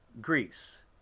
Greece